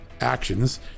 actions